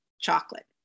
chocolate